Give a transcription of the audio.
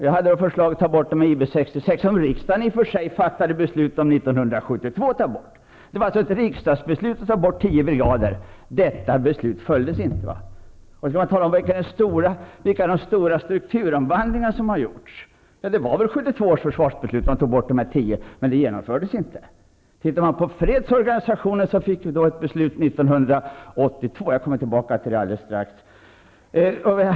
Jag hade föreslagit att man skulle ta bort de äldre brigader, som riksdagen i och för sig redan 1972 fattade beslut om att ta bort. Det var alltså ett riksdagsbeslut om att tio brigader skulle bort, men detta beslut följdes inte. Vilka är de stora strukturbeslut som har tagits? Ja, det var väl 1972 års försvarsbeslut, när man beslutade att ta bort de tio brigaderna. Men det beslutet genomfördes alltså inte. När det gäller fredsorganisationen fattades ett beslut 1982. Jag återkommer till det alldeles strax.